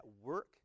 work